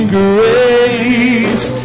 grace